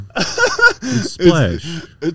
Splash